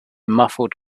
muffled